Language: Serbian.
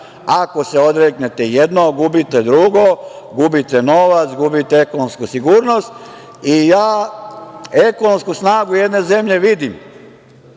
Ako se odreknete i jednog, gubite drugo, gubite novac, gubite ekonomsku sigurnost. Ja ekonomsku snagu jedne zemlje vidim,